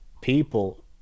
people